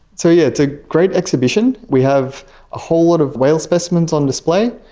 so yeah it's a great exhibition. we have a whole lot of whale specimens on display.